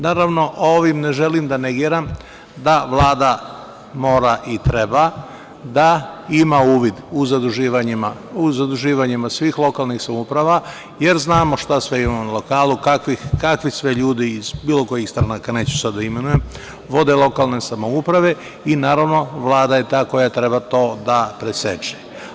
Naravno, ovim ne želim da negiram da Vlada mora i treba da ima uvid u zaduživanjima svih lokalnih samouprava jer znamo šta sve imamo na lokalnu, kakvih sve ljudi iz bilo kojih stranaka, neću sada da imenujem, vode lokalne samouprave i naravno Vlada je ta koja treba to da preseče.